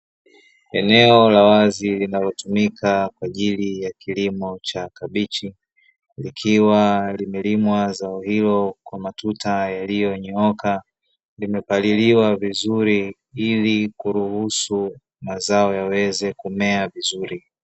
Eneo la wazi linalotumika kwa ajili ya kilimo cha kabichi likiwa limelimwa zao hilo kwa matuta yaliyonyooka, limepaliliwa vizuri ili kuruhusu mazao yaweze kumea vizuri.